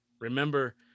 remember